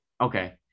Okay